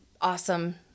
awesome